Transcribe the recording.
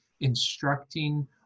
instructing